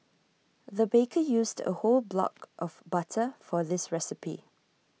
the baker used A whole block of butter for this recipe